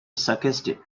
sarcastic